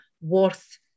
worth